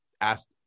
asked